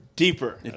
Deeper